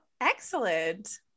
Excellent